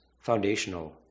foundational